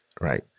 right